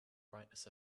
brightness